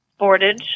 Boardage